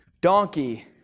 donkey